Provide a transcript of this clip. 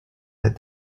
that